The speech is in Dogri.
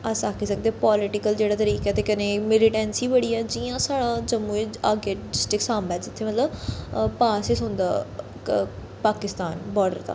अस आक्खी सकदे पालिटीकल जेह्ड़ा तरीका ते कन्नै मिलीटैंसी बड़ी ऐ जियां साढ़ा जम्मू अग्गें डिस्टिक सांबा जित्थे मतलब पास ऐ सुनदा पाकिस्तान बार्डर दा